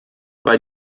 war